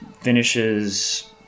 finishes